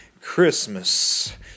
Christmas